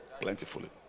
plentifully